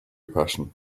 passion